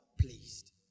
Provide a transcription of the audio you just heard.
pleased